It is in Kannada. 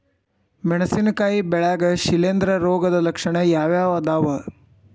ಮೆಣಸಿನಕಾಯಿ ಬೆಳ್ಯಾಗ್ ಶಿಲೇಂಧ್ರ ರೋಗದ ಲಕ್ಷಣ ಯಾವ್ಯಾವ್ ಅದಾವ್?